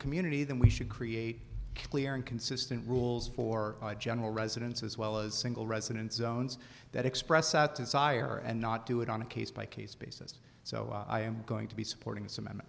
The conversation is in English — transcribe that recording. community then we should create clear and consistent rules for general residence as well as single residence zones that express out to sire and not do it on a case by case basis so i am going to be supporting some end